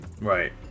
right